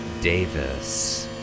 Davis